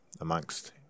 amongst